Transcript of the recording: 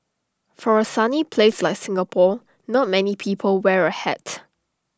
for A sunny place like Singapore not many people wear A hat